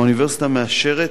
האוניברסיטה מאשרת